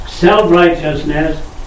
self-righteousness